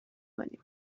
کنیم